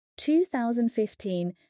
2015